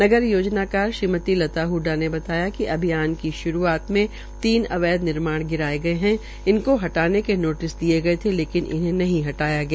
नगर योजनाकार श्रीमती लता हडा ने बताया कि अभियान की श्रूआत में तीन अवैध निर्माण गिराये गये है इन को हटाने के नोटिस दिये गये थे लेकिन इन्हें नहीं हटाया गया